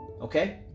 okay